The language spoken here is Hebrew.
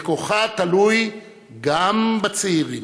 וכוחה תלוי גם בצעירים.